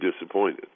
disappointed